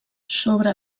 sobre